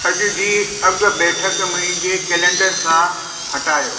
अॼु जी अॻु बैठकु मुंहिंजे कैलेंडर सां हटायो